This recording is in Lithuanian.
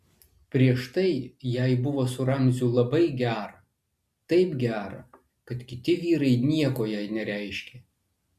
prieš tai jai buvo su ramziu labai gera taip gera kad kiti vyrai nieko jai nereiškė